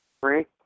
three